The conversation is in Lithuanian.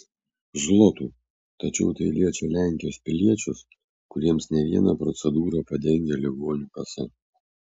zlotų tačiau tai liečia lenkijos piliečius kuriems ne vieną procedūrą padengia ligonių kasa